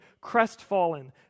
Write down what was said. crestfallen